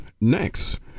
Next